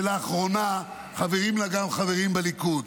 שלאחרונה חברים לה גם חברים בליכוד.